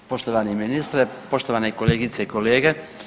Poštovani ministre, poštovane kolegice i kolege.